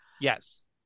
Yes